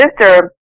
sister